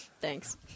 Thanks